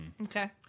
Okay